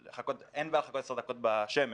אין בעיה לחכות 10 דקות בשמש,